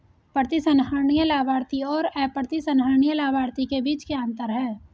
प्रतिसंहरणीय लाभार्थी और अप्रतिसंहरणीय लाभार्थी के बीच क्या अंतर है?